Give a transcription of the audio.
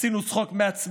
עשינו צחוק מעצמנו,